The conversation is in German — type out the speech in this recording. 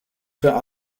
für